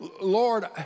Lord